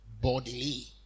bodily